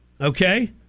okay